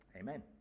Amen